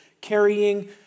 carrying